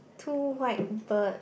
two white bird